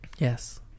Yes